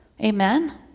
Amen